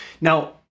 Now